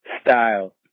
Style